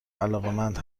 علاقمند